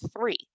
three